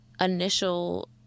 initial